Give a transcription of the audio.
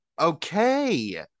Okay